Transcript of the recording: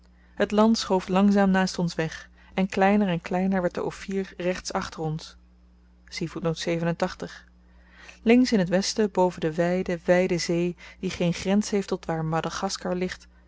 het land schoof langzaam naast ons weg en kleiner en kleiner werd de ophir rechts achter ons links in t westen boven de wyde wyde zee die geen grens heeft tot waar madagaskar ligt